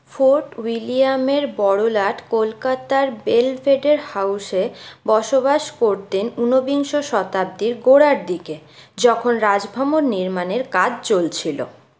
fort উইলিয়ামের বড়োলাট কলকাতার বেলভেডের হাউসে বসবাস করতেন ঊনবিংশ শতাব্দীর গোড়ার দিকে যখন রাজভবন নির্মাণের কাজ চলছিলো